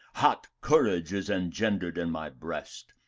hot courage is engendered in my breast,